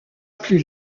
plus